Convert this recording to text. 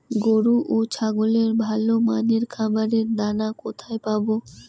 গরু ও ছাগলের ভালো মানের খাবারের দানা কোথায় পাবো?